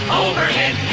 overhead